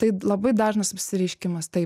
tai labai dažnas apsireiškimas taip